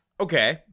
Okay